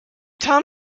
tom